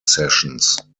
sessions